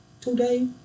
today